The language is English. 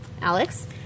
Alex